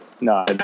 no